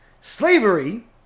slavery